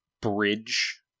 bridge